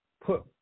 put